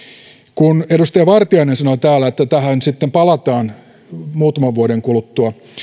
kun edustaja vartiainen sanoi täällä että tähän sitten palataan muutaman vuoden kuluttua